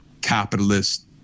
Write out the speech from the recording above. capitalist